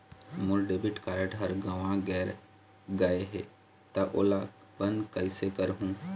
मोर debit card हर गंवा गैर गए हे त ओला बंद कइसे करहूं?